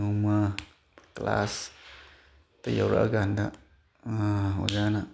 ꯅꯣꯡꯃ ꯀ꯭ꯂꯥꯁ ꯇ ꯌꯧꯔꯛꯑꯀꯥꯟꯗ ꯑꯣꯖꯥꯅ